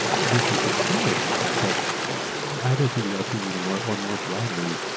this is a small example but either through the lp meeting or or more broadly,